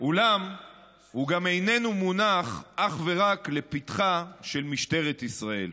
אולם הוא גם איננו מונח אך ורק לפתחה של משטרת ישראל.